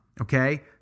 okay